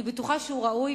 אני בטוחה שהוא ראוי,